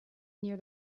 near